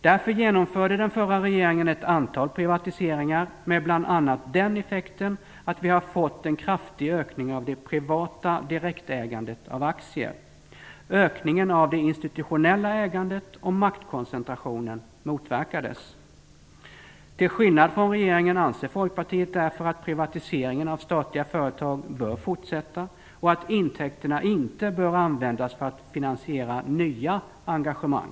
Den förra regeringen genomförde därför ett antal privatiseringar med bl.a. den effekten att vi har fått en kraftig ökning av det privata direktägandet av aktier. Ökningen av det institutionella ägandet och maktkoncentrationen motverkades. Till skillnad från regeringen anser Folkpartiet därför att privatiseringen av statliga företag bör fortsätta och att intäkterna inte bör användas för att finansiera nya engagemang.